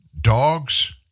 Dogs